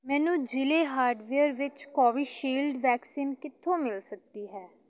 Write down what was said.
ਮੈਨੂੰ ਜਿਲ੍ਹੇ ਹਾਰਡਵੇਅਰ ਵਿੱਚ ਕੋਵੀਸ਼ਿਲਡ ਵੈਕਸੀਨ ਕਿੱਥੋਂ ਮਿਲ ਸਕਦੀ ਹੈ